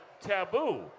taboo